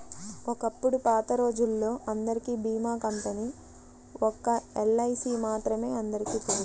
ఒకప్పుడు పాతరోజుల్లో అందరికీ భీమా కంపెనీ ఒక్క ఎల్ఐసీ మాత్రమే అందరికీ తెలుసు